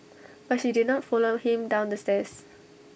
but she did not follow him down the stairs